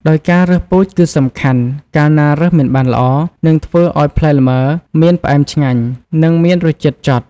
ដោយការរើសពូជគឺសំខាន់ កាលណារើសមិនបានល្អ នឹងធ្វើឱ្យផ្លែល្ម៉ើ មានផ្អែមឆ្ងាញ់ និងមានរសជាតិចត់។